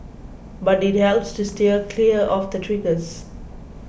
but it helps to steer clear of the triggers